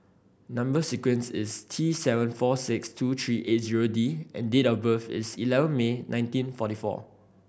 number sequence is T seven four six two three eight zero D and date of birth is eleven May nineteen forty four